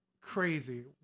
crazy